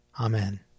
Amen